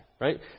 Right